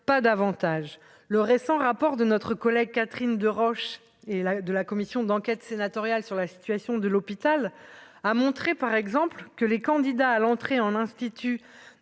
pas davantage le récent rapport de notre collègue Catherine Deroche et là, de la commission d'enquête sénatoriale sur la situation de l'hôpital a montré par exemple que les candidats à l'entrée en institut